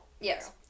Yes